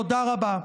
תודה רבה.